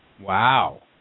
Wow